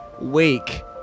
Wake